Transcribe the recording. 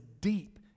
deep